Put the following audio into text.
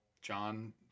John